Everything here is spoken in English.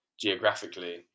geographically